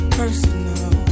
personal